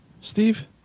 Steve